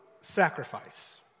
sacrifice